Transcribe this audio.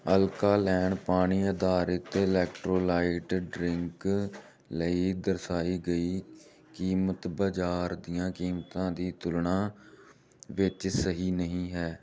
alkaline ਪਾਣੀ ਆਧਾਰਿਤ electrolyte drink ਲਈ ਦਰਸਾਈ ਗਈ ਕੀਮਤ ਬਜ਼ਾਰ ਦੀਆਂ ਕੀਮਤਾਂ ਦੀ ਤੁਲਨਾ ਵਿੱਚ ਸਹੀ ਨਹੀਂ ਹੈ